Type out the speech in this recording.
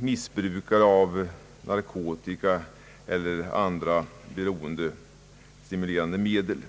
missbrukare av narkotika eller andra beroendestimulerande medel.